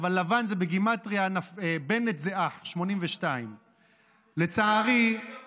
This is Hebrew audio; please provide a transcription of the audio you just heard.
אבל "לבן" בגימטרייה זה "בנט זה אח" 82. נפתלי.